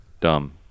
dumb